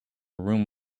room